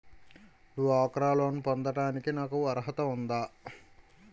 డ్వాక్రా లోన్ పొందటానికి నాకు అర్హత ఉందా?